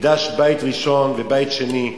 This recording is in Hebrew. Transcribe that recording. מקדש בית ראשון ובית שני,